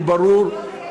הוא ברור.